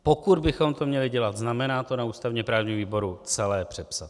Pokud bychom to měli dělat, znamená to na ústavněprávním výboru celé přepsat.